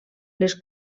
les